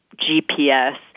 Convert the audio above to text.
GPS